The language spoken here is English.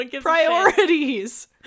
priorities